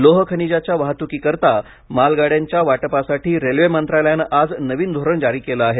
लोह खनिजाच्या वाहतुकीकरता मालगाड्यांच्या वाटपासाठी रेल्वे मंत्रालयाने आज नवीन धोरण जारी केलं आहे